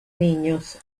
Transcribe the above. niños